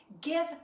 Give